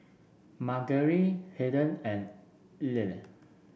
Margery Haiden and Ila